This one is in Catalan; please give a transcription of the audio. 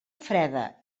freda